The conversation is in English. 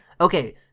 Okay